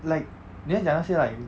like 你在讲那些 like